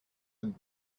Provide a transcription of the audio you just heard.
and